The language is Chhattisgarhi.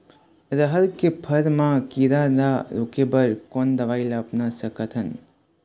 रहर के फर मा किरा रा रोके बर कोन दवई ला अपना सकथन?